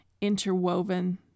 interwoven